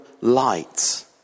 light